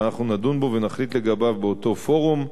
ואנחנו נדון בו ונחליט לגביו באותו פורום.